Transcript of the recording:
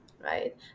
right